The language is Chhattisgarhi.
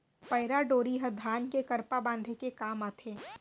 पैरा डोरी ह धान के करपा बांधे के काम आथे